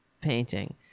painting